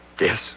Yes